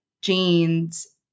jeans